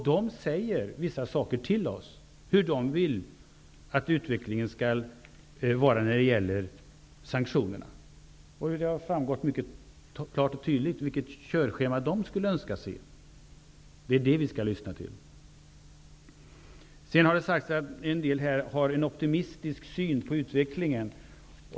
De säger vissa saker till oss om hur de vill att utvecklingen skall vara när det gäller sanktionerna. Det har framgått mycket klart och tydligt vilket körschema de önskar se. Detta skall vi lyssna till. Det har sagts att en del här har en optimistisk syn på utvecklingen.